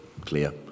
clear